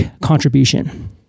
contribution